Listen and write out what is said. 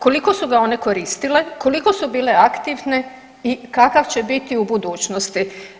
Koliko su ga one koristile, koliko su bile aktivne i kakav će viti u budućnosti?